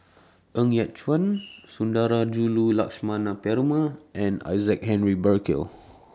Ng Yat Chuan Sundarajulu Lakshmana Perumal and Isaac Henry Burkill